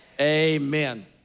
Amen